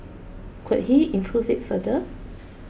could he improve it further